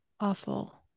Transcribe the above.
Awful